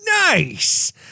Nice